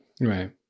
Right